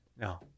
No